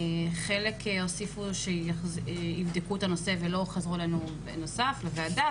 חלק הבטיחו לבדוק את הנושא ולא חזרו לוועדה,